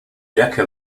decca